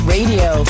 Radio